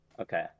Okay